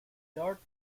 dark